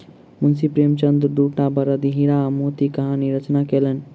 मुंशी प्रेमचंदक दूटा बड़द हीरा आ मोती पर कहानी रचना कयलैन